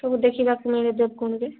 ସବୁ ଦେଖିବାକୁ ମିଳେ ଦେବକୁଣ୍ଡରେ